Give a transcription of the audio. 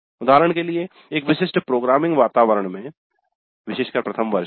उदाहरण के लिए एक विशिष्ट प्रोग्रामिंग वातावरण में विशेषकर प्रथम वर्ष में